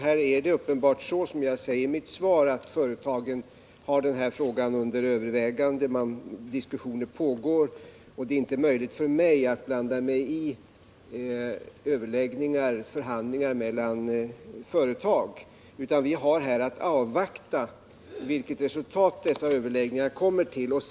Här är det uppenbarligen så, som jag säger i mitt svar, att företagen har denna fråga under övervägande. Diskussioner pågår, och det är inte möjligt för mig att blanda mig i förhandlingar mellan företag. Vi har här att avvakta vilket resultat dessa överläggningar kommer att leda till.